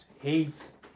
hates